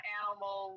animal